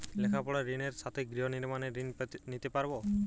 লেখাপড়ার ঋণের সাথে গৃহ নির্মাণের ঋণ নিতে পারব?